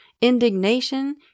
indignation